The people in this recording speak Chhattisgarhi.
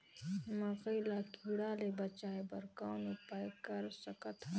मकई ल कीड़ा ले बचाय बर कौन उपाय कर सकत हन?